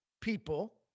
people